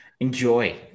Enjoy